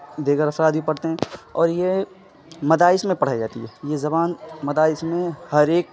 دیگر افراد بھی پرھتے ہیں اور یہ مدارس میں پڑھائی جاتی ہے یہ زبان مدارس میں ہر ایک